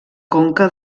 conca